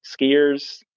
skiers